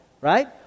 Right